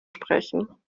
sprechen